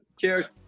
Cheers